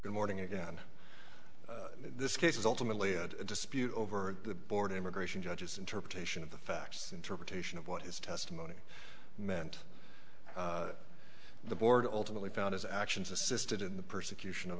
good morning again this case is ultimately a dispute over the board immigration judges interpretation of the facts interpretation of what his testimony meant the board ultimately found his actions assisted in the persecution of